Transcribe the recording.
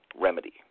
remedy